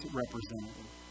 representative